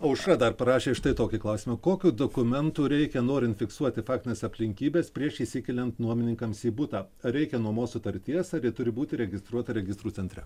aušra dar parašė štai tokį klausimą kokių dokumentų reikia norint fiksuoti faktines aplinkybes prieš įsikeliant nuomininkams į butą ar reikia nuomos sutarties ar ji turi būt įregistruota registrų centre